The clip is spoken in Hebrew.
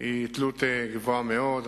היא גבוהה מאוד.